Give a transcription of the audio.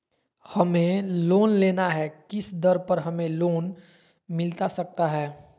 हमें लोन लेना है किस दर पर हमें लोन मिलता सकता है?